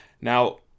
Now